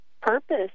purpose